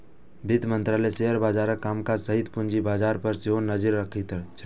वित्त मंत्रालय शेयर बाजारक कामकाज सहित पूंजी बाजार पर सेहो नजरि रखैत छै